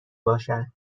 باشد